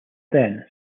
then